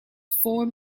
form